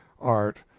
art